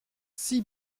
six